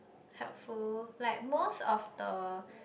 helpful like most of the